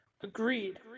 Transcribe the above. Agreed